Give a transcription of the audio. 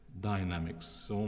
dynamics